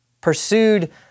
pursued